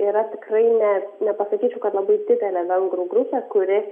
yra tikrai ne nepasakyčiau kad labai didelė vengrų grupė kuri